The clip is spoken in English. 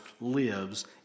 lives